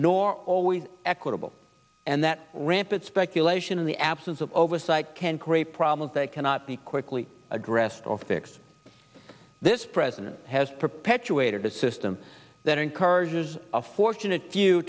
nor always equitable and that rampant speculation in the absence of oversight can create problems that cannot be quickly addressed this president has perpetuated the system that encourages a fortunate few